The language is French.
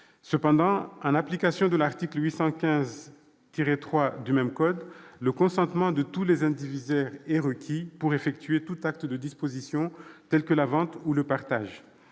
Toutefois, en application de l'article 815-3 du même code, le consentement de tous les indivisaires est requis pour effectuer tout acte de disposition, tel que la vente ou le partage.